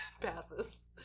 passes